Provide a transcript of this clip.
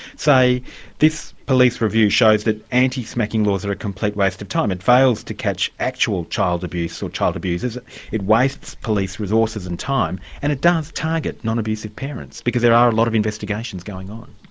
say this police review shows that anti-smacking laws are a complete waste of time it fails to catch actual child abuse or child abusers, it it wastes police resources and time, and it does target non-abusive parents, because there are a lot of investigations going on.